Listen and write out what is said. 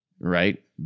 right